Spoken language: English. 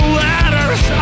letters